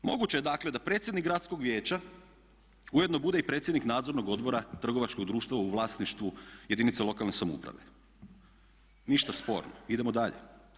Moguće je dakle, da predsjednik gradskog vijeća ujedno bude i predsjednik Nadzornog odbora trgovačkog društva u vlasništvu jedinica lokalne samouprave, ništa sporno, idemo dalje.